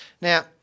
Now